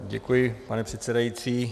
Děkuji, pane předsedající.